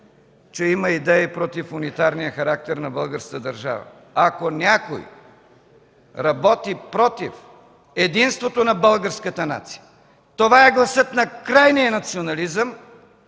че има идеи против унитарния характер на българската държава. Ако някой работи против единството на българската нация, това е гласът на крайния национализъм